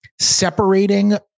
separating